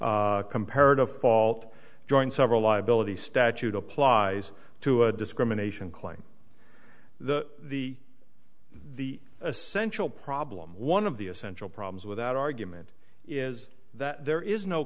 d comparative fault joint several liability statute applies to a discrimination claim the the the essential problem one of the essential problems with that argument is that there is no